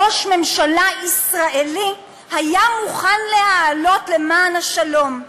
ראש ממשלה ישראלי היה מוכן להעלות למען השלום.